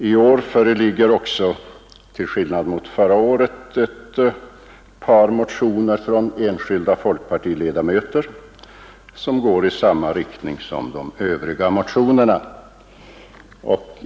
I år föreligger också till skillnad från förra året ett par motioner från enskilda folkpartiledamöter. Dessa motioner går i samma riktning som övriga motioner.